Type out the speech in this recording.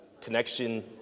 connection